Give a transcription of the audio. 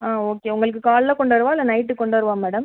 ஆ okay உங்களுக்கு காலைல கொண்டு வரவா இல்லை நைட்டு கொண்டு வரவா மேடம்